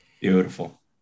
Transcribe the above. Beautiful